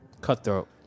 Cutthroat